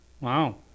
Wow